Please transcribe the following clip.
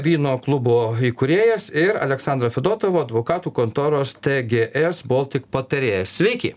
vyno klubo įkūrėjas ir aleksandra fedotova advokatų kontoros tgs baltic patarėja sveiki